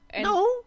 No